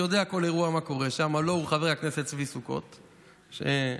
אני רק מסיים את השיחה איתו, וטלפון מאשתו של הרב.